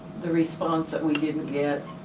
the response that we didn't get.